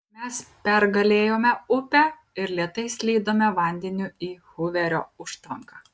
mes pergalėjome upę ir lėtai slydome vandeniu į huverio užtvanką